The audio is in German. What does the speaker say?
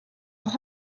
noch